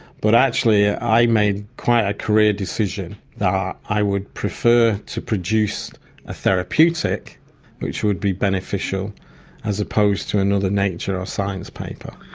but actually i made quite a career decision that i would prefer to produce a therapeutic which would be beneficial as opposed to another nature or science paper.